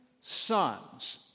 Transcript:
sons